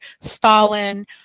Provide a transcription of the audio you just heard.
Stalin